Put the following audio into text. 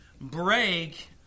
Break